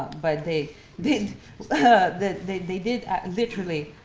but they did but that they they did literally,